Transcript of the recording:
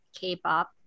K-pop